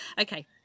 Okay